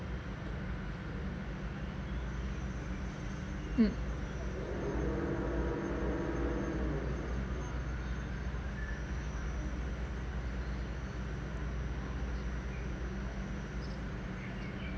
mm